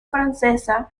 francesa